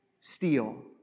steal